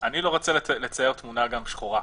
אני לא רוצה לצייר תמונה שחורה,